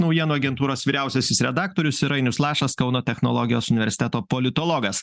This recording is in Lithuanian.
naujienų agentūros vyriausiasis redaktorius ir ainius lašas kauno technologijos universiteto politologas